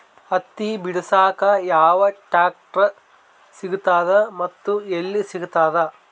ಹತ್ತಿ ಬಿಡಸಕ್ ಯಾವ ಟ್ರಾಕ್ಟರ್ ಸಿಗತದ ಮತ್ತು ಎಲ್ಲಿ ಸಿಗತದ?